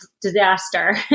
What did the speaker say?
disaster